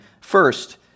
First